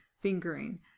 fingering